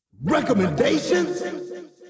Recommendations